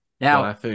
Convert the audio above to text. now